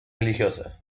religiosas